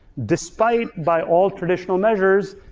despite by all traditional measures,